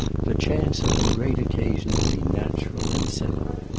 the chance, on a great occasion, to be natural and simple.